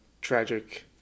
tragic